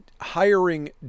hiring